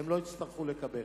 והם לא יצטרכו לקבל.